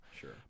sure